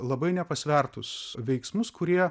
labai nepasvertus veiksmus kurie